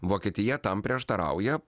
vokietija tam prieštarauja